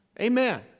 Amen